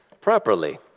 properly